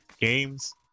games